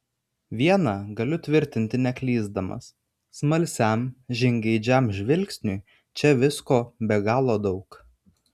viena galiu tvirtinti neklysdamas smalsiam žingeidžiam žvilgsniui čia visko be galo daug